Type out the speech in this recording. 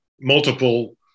multiple